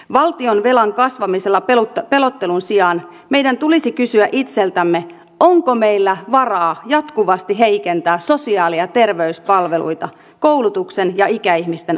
valtionvelan kasvamisella pelottelun sijaan meidän tulisi kysyä itseltämme onko meillä varaa jatkuvasti heikentää sosiaali ja terveyspalveluita koulutuksen ja ikäihmisten asemaa